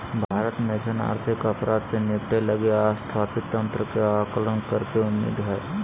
भारत में अइसन आर्थिक अपराध से निपटय लगी स्थापित तंत्र के आकलन करेके उम्मीद हइ